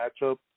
matchup